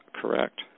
correct